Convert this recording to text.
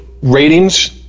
ratings